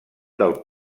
del